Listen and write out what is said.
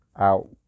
out